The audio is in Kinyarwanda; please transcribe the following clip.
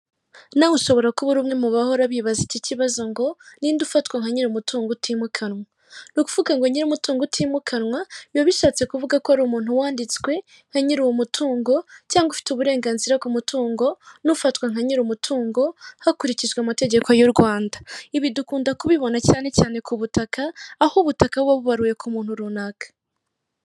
Nawe ushobora kuba uri umwe mu bahora bibaza iki kibazo ngo ninde ufatwa nka nyir'mutungo utimukanwa. Ni ukuvuga ngo nyir'umutungo utimukanwa biba bishatse kuvuga ko ari umuntu wanditswe nka nyirriwo mutungo cyangwa ufite uburenganzira ku mutungo n'ufatwa nka nyir'umutungo hakurikijwe amategeko y'u Rwanda. Ibi dukunda kubibona cyane cyane ku butaka aho ubutaka bu bubaruriwe ku muntu runaka.